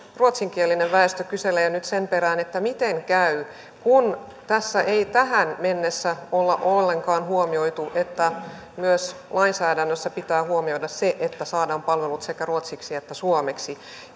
ruotsinkielinen väestö kyselee nyt sen perään miten käy kun tässä ei tähän mennessä olla ollenkaan huomioitu että myös lainsäädännössä pitää huomioida se että saadaan palvelut sekä ruotsiksi että suomeksi